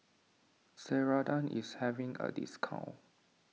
Ceradan is having a discount